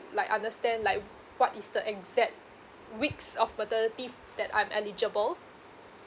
like understand like what is the exact weeks of maternity that I'm eligible